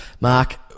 Mark